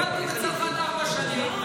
גרתי בצרפת ארבע שנים,